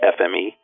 FME